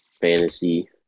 fantasy